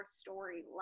story